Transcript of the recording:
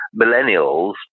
millennials